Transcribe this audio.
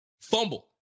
Fumble